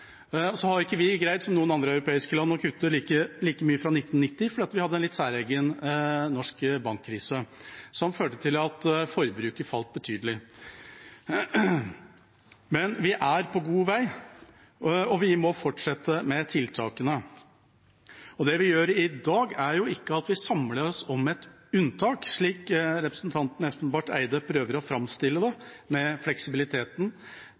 Så har vi ikke greid, som noen andre europeiske land, å kutte like mye fra 1990 fordi vi hadde en litt særegen norsk bankkrise som førte til at forbruket falt betydelig. Men vi er på god vei, og vi må fortsette med tiltakene. Det vi gjør i dag, er ikke at vi samles om et unntak, slik representanten Espen Barth Eide prøver å framstille det med fleksibiliteten